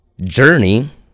journey